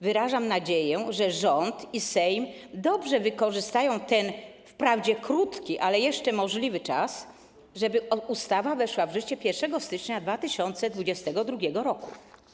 Wyrażam nadzieję, że rząd i Sejm dobrze wykorzystają ten wprawdzie krótki, ale jeszcze możliwy czas, żeby ustawa weszła w życie 1 stycznia 2022 r.